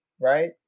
right